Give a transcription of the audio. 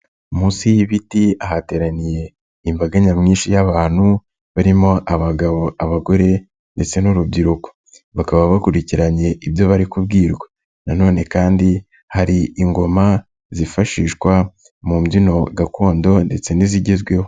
Munsi y'ibiti hateraniye imbaga nyamwinshi y'abantu barimo abagabo, abagore ndetse n'urubyiruko bakaba bakurikiranye ibyo bari kubwirwa, na none kandi hari ingoma zifashishwa mu mbyino gakondo ndetse n'izigezweho.